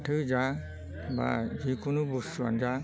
फाथो जा बा जेखुनु बुस्थुआनो जा